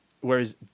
Whereas